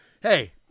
hey